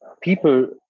people